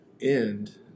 end